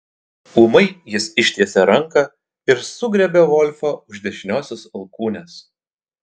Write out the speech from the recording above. ūmai jis ištiesė ranką ir sugriebė volfą už dešiniosios alkūnės